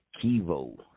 Kivo